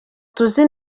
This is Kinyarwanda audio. tuzi